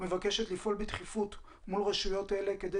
ומבקשת לפעול בדחיפות מול רשויות אלה כדי